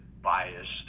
biased